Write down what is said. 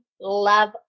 love